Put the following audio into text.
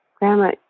Grandma